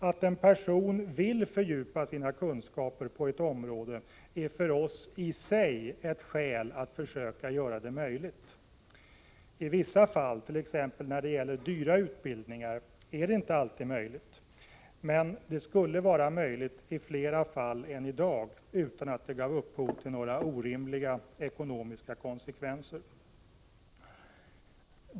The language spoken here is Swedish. Att en person vill fördjupa sina kunskaper inom ett visst område är för oss i sig ett skäl att försöka göra det möjligt. I vissa fall, t.ex. när det gäller dyra utbildningar, är det inte alltid möjligt. Men det skulle vara möjligt i fler fall än i dag utan att det gav upphov till några orimliga 157 ekonomiska konsekvenser.